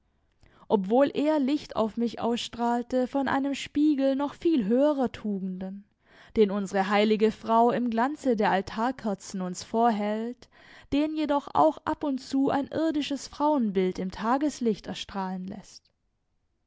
obwohl eher licht auf mich ausstrahlte von einem spiegel noch viel höherer tugenden den unsere heilige frau im glanze der altarkerzen uns vorhält den jedoch auch ab und zu ein irdisches frauenbild im tageslicht erstrahlen läßt